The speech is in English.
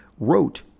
wrote